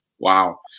Wow